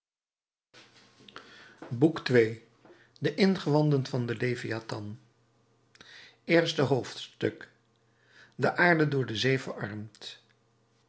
boek ii de ingewanden van den leviathan eerste hoofdstuk de aarde door de zee verarmd